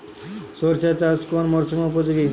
সরিষা চাষ কোন মরশুমে উপযোগী?